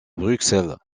bruxelles